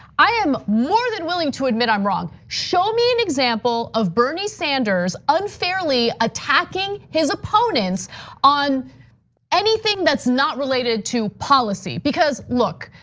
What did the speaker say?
i am more than willing to admit i'm wrong. show me an example of bernie sanders unfairly attacking his opponents on anything that's not related to policy. because look,